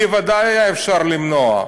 בוודאי היה אפשר למנוע.